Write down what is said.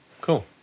Cool